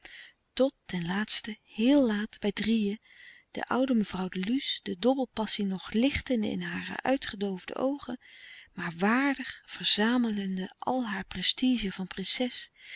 tot ten laatste heel laat bij drieën de oude mevrouw de luce de dobbelpassie nog lichtende in hare uitgedoofde oogen maar waardig verzamelende al haar prestige van prinses